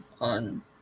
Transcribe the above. on